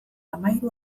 hamahiru